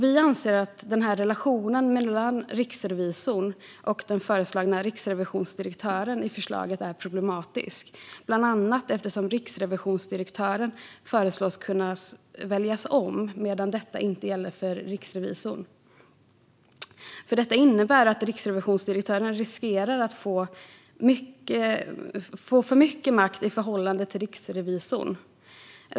Vi anser att relationen mellan riksrevisorn och den föreslagna riksrevisionsdirektören i förslaget är problematisk, bland annat eftersom riksrevisionsdirektören föreslås kunna väljas om medan detta inte gäller för riksrevisorn. Det innebär att riksrevisionsdirektören riskerar att få för mycket makt i förhållande till riksrevisorn.